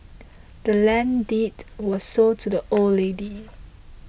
the land's deed was sold to the old lady